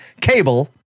Cable